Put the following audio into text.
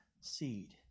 seed